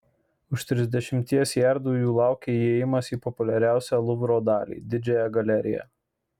už trisdešimties jardų jų laukė įėjimas į populiariausią luvro dalį didžiąją galeriją